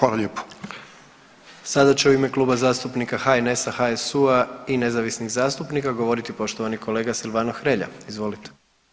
Sada će u ime Kluba zastupnika HNS-a, HSU-a i nezavisnih zastupnika govoriti poštovani kolega Silvano Hrelja, izvolite.